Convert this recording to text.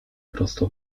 prosto